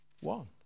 one